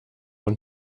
und